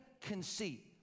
conceit